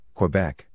Quebec